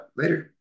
later